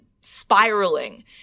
spiraling